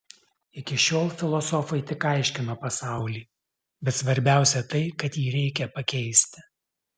iki šiol filosofai tik aiškino pasaulį bet svarbiausia tai kad jį reikia pakeisti